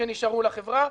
שנשארו לחברה.